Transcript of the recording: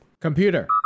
Computer